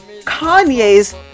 Kanye's